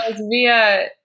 Via